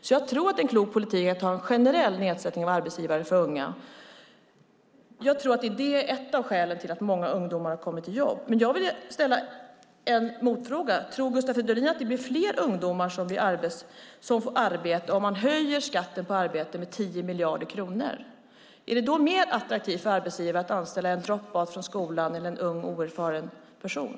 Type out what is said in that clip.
Jag tror alltså att det är en klok politik att ha en generell nedsättning för arbetsgivare som anställer unga. Jag tror att det är ett av skälen till att många unga har kommit i jobb. Jag vill ställa en motfråga: Tror Gustav Fridolin att det blir fler ungdomar som får arbete om man höjer skatten på arbete med 10 miljarder kronor? Är det då mer attraktivt för arbetsgivaren att anställda en dropout från skolan eller en ung, oerfaren person?